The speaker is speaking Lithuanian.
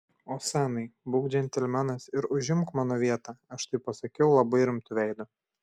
osanai būk džentelmenas ir užimk mano vietą aš tai pasakiau labai rimtu veidu